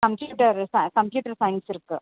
computer ச computer science இருக்குது